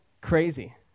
crazy